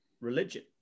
religion